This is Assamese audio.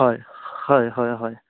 হয় হয় হয় হয়